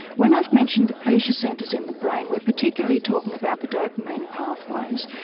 when i've mentioned the pleasure centres in the brain we're particularly talking about the dopamine pathways.